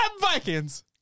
Vikings